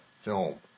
film